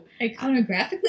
Iconographically